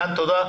עידן, תודה.